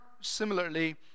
similarly